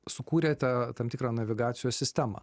sukūrėte tą tam tikrą navigacijos sistemą